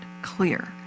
clear